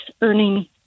earning